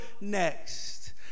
next